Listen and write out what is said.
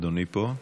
אדוני פה?